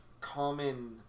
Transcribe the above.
common